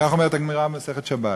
כך אומרת הגמרא במסכת שבת,